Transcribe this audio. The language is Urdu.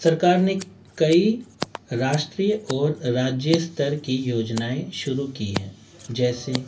سرکار نے کئی راشٹری اور راجیہ استر کی یوجنائیں شروع کی ہیں جیسے